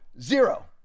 zero